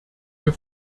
wir